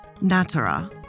Natura